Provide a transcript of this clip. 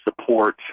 support